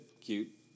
cute